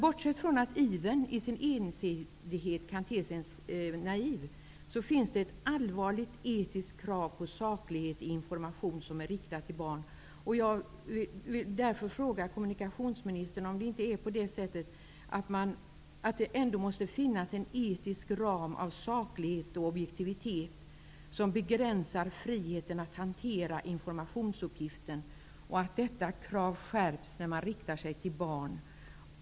Bortsett från att ivern i sin ensidighet kan te sig naiv finns ett allvarligt etiskt krav på saklighet i information som är riktad till barn. Jag vill därför fråga kommunikationsministern om det inte måste finnas en etisk ram av saklighet och objektivitet som begränsar friheten att hantera informationsuppgiften och om inte detta krav skärps när man riktar sig till barn.